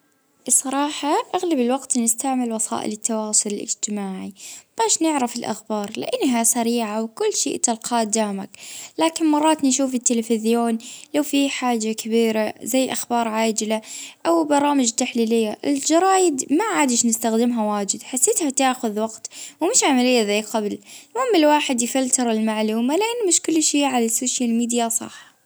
اه أغلب الوجت بستعمل في وسائل التواصل الاجتماعي خاصة اه تويتر وانستغرام اه لأنها سريعة في توصيل المعلومة في وجتها.